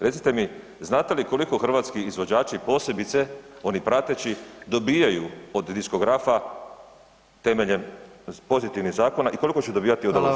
Recite mi, znate li koliko hrvatski izvođači, posebice oni prateći dobivaju od diskografa temeljem pozitivnih zakona i koliko će dobivati [[Upadica: Hvala vam.]] od ovog zakona?